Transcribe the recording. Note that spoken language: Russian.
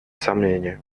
сомнение